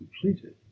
completed